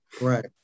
Right